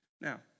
Now